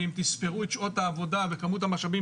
ואם תספרו את שעות העבודה וכמות המשאבים